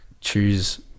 choose